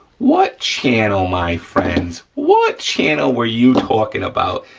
what channel, my friends? what channel were you talking about?